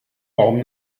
baum